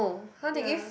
ya